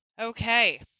Okay